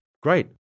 great